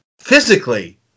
physically